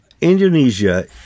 Indonesia